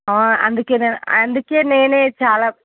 అందుకనే అందుకే నేనే చాలా